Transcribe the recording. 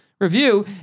review